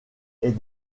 est